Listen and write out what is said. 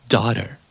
Daughter